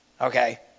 Okay